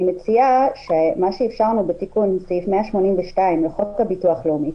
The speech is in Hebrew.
אני מציעה שמה שאפשרנו בתיקון לסעיף 182 לחוק הביטוח הלאומי,